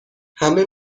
همه